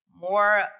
more